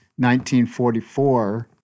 1944